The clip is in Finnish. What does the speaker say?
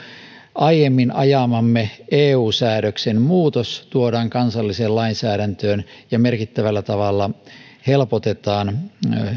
aiemmin ajamamme eu säädöksen muutos tuodaan kansalliseen lainsäädäntöön ja merkittävällä tavalla helpotetaan